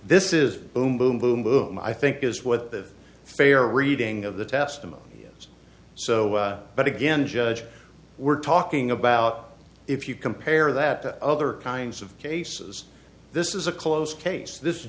this is boom boom boom boom i think is what the fair reading of the testimony was so but again judge we're talking about if you compare that to other kinds of cases this is a close case this